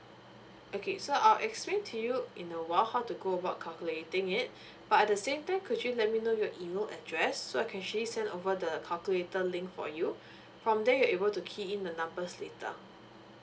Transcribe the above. okay so I'll explain to you in a while how to go about calculating it but at the same time could you let me know your email address so I can actually send over the calculator link for you from there you're able to key in the numbers later